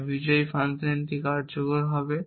তাই বিজয়ী ফাংশনটি কার্যকর হবে